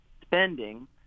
spending